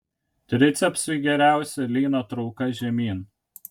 tricepsui geriausia lyno trauka žemyn